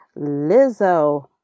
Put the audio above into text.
Lizzo